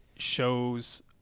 shows